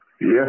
Yes